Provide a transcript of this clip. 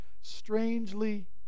strangely